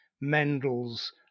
Mendel's